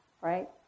right